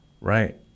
right